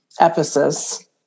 Ephesus